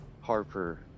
Harper